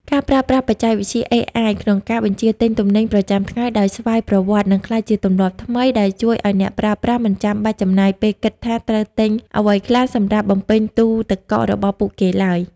ការប្រើប្រាស់បច្ចេកវិទ្យា AI ក្នុងការបញ្ជាទិញទំនិញប្រចាំថ្ងៃដោយស្វ័យប្រវត្តិនឹងក្លាយជាទម្លាប់ថ្មី ដែលជួយឱ្យអ្នកប្រើប្រាស់មិនចាំបាច់ចំណាយពេលគិតថាត្រូវទិញអ្វីខ្លះសម្រាប់បំពេញទូទឹកកករបស់ពួកគេឡើយ។